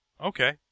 okay